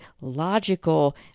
logical